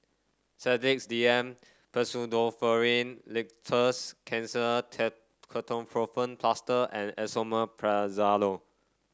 Sedilix D M Pseudoephrine Linctus Kenhancer Ketoprofen Plaster and Esomeprazole